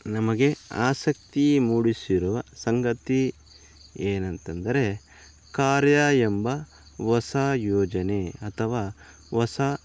ನಮಗೆ ಆಸಕ್ತಿ ಮೂಡಿಸಿರುವ ಸಂಗತಿ ಏನಂತಂದರೆ ಕಾರ್ಯಾ ಎಂಬ ಹೊಸ ಯೋಜನೆ ಅಥವಾ ಹೊಸ